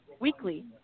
weekly